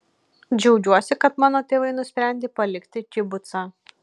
džiaugiuosi kad mano tėvai nusprendė palikti kibucą